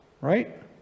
Right